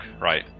right